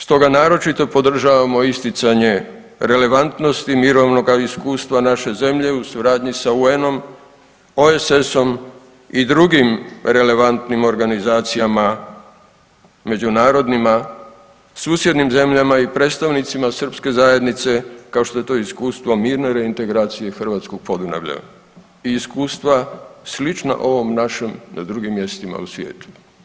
Stoga naročito podržavamo isticanje relevantnosti mirovnoga iskustva naše zemlje u suradnji sa UN-om, OESS-om i drugim relevantnim organizacijama međunarodnima, susjednim zemljama i predstavnicima srpske zajednice, kao što je to iskustvo mirne reintegracije hrvatskog Podunavlja i iskustva slična ovom našem na drugim mjestima u svijetu.